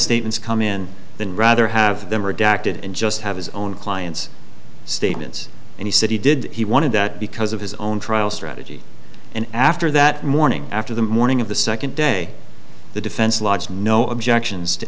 statements come in than rather have them redacted and just have his own client's statements and he said he did he wanted that because of his own trial strategy and after that morning after the morning of the second day the defense lodge no objections to